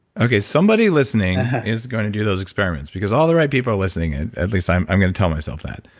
okay. somebody listening is going to do those experiments because all the right people are listening in. at least, i'm i'm going to tell myself that.